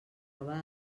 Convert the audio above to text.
roba